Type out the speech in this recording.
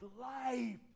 life